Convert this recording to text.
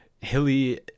Hilly